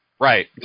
Right